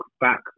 back